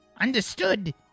understood